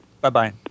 Bye-bye